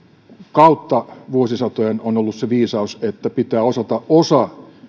kautta vuosisatojen on ollut se viisaus että pitää osata osa